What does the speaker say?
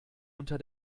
unter